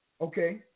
okay